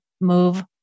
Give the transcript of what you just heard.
move